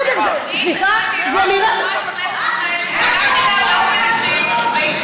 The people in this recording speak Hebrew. אני דיברתי עם חברת הכנסת מיכאלי ואמרתי לה באופן אישי,